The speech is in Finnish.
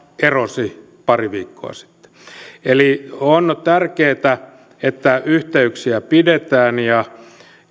erosi pari viikkoa sitten eli on tärkeätä että yhteyksiä pidetään ja